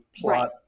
plot